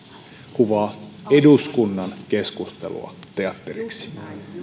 kuvaa eduskunnan keskustelua teatteriksi